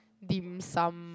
dim sum